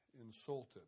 insulted